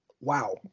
Wow